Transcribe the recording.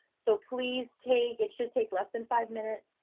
so please take, it should take less than five minutes,